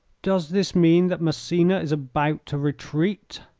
does this mean that massena is about to retreat?